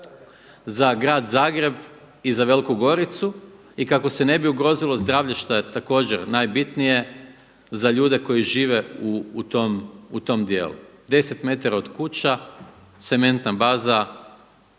za grad Zagreb i za Veliku Goricu i kako se ne bi ugrozilo zdravlje šta je također najbitnije za ljude koji žive u tom dijelu. 10 metara od kuća cementna baza